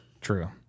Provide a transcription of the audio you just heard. True